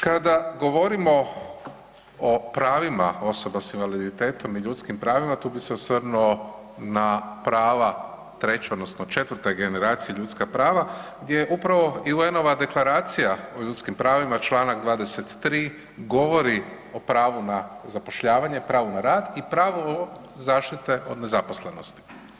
Kada govorimo o pravima osoba sa invaliditetom i ljudskim pravima, tu bi se osvrnuo na prav treće odnosno četvrte generacije ljudskih prava gdje upravo i UN-ova Deklaracija o ljudskim pravima, čl. 23. govori o pravu na zapošljavanje, pravu na rad i pravo zaštite od nezaposlenosti.